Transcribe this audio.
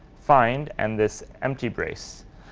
find and this empty brace.